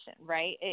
right